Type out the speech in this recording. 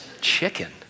Chicken